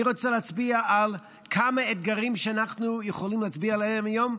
אני רוצה להצביע על כמה אתגרים שאנחנו יכולים להצביע עליהם היום,